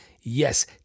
Yes